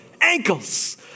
ankles